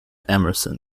emerson